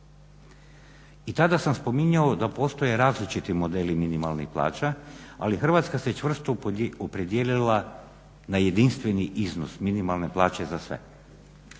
I tada sam spominjao da postoje različiti modeli minimalnih plaća ali Hrvatska se čvrsto opredijelila na jedinstveni iznos minimalne plaće za sve.